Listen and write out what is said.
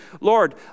Lord